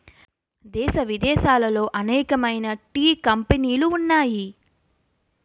దేశ విదేశాలలో అనేకమైన టీ కంపెనీలు ఉన్నాయి